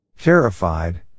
Terrified